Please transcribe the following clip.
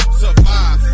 survive